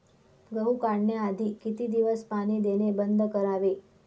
गहू काढण्याआधी किती दिवस पाणी देणे बंद करावे?